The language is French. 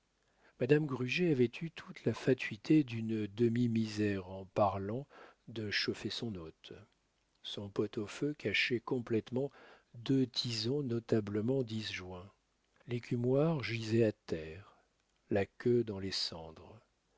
madame gruget avait eu toute la fatuité d'une demi misère en parlant de chauffer son hôte son pot-au-feu cachait complétement deux tisons notablement disjoints l'écumoire gisait à terre la queue dans les cendres